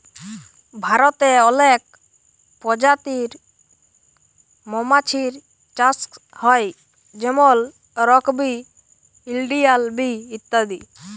ভারতে অলেক পজাতির মমাছির চাষ হ্যয় যেমল রক বি, ইলডিয়াল বি ইত্যাদি